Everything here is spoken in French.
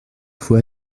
faut